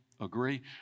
agree